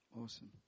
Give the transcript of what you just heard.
Awesome